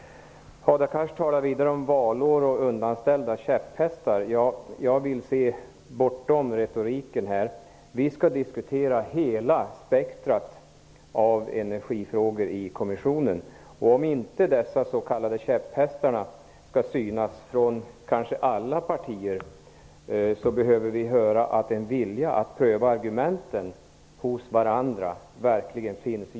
Hadar Cars talar vidare om valår och undanställda käpphästar. Jag vill se bortom retoriken. Vi skall diskutera hela spektrumet av energifrågor i kommissionen. Om inte alla partiers s.k. käpphästar skall komma fram behöver vi höra att det verkligen finns en vilja att pröva de olika partiernas argument.